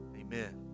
amen